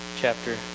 chapter